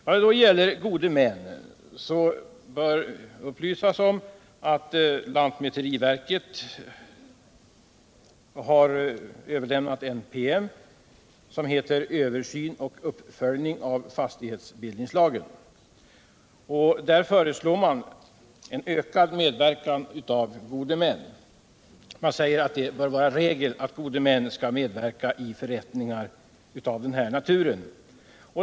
Vad gäller gode män bör upplysas om att lantmäteriverket har överlämnat en PM med rubriken Översyn och uppföljning av fastighetsbildningslagen. Där föreslår man en ökad medverkan av gode män. Man säger att det bör vara regel att gode män skall medverka i förrättningar av den här naturen.